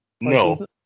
No